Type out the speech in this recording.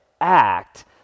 act